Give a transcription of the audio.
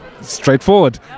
Straightforward